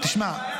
תשמע,